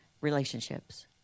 relationships